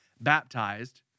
baptized